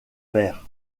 vert